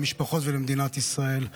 למשפחות ולמדינת ישראל.